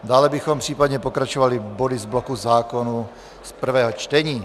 Dále bychom případně pokračovali body z bloku zákony prvé čtení.